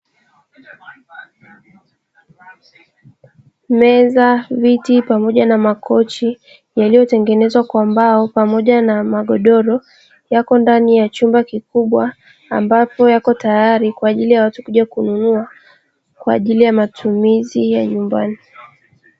Meza, viti pamoja na makochi, yaliyotengenezwa kwa mbao pamoja na magodoro, yako ndani ya chumba kikubwa ambapo yako tayari kwa ajili ya watu kuja kununua, kwa ajili ya matumizi ya nyumbani.